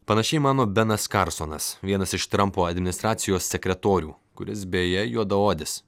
panašiai mano benas karlsonas vienas iš trampo administracijos sekretorių kuris beje juodaodis